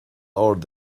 ard